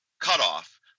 cutoff